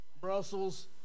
Brussels